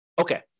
Okay